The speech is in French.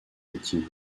liquide